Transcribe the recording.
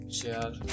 share